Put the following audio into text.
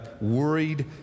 worried